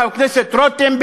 חבר הכנסת רותם,